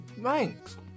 thanks